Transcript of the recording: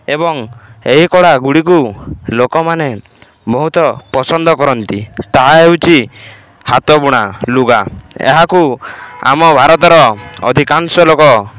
ଏବଂ ଏହି କଳା ଗୁଡ଼ିକୁ ଲୋକମାନେ ବହୁତ ପସନ୍ଦ କରନ୍ତି ତାହା ହେଉଛି ହାତ ବୁଣା ଲୁଗା ଏହାକୁ ଆମ ଭାରତର ଅଧିକାଂଶ ଲୋକ